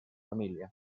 família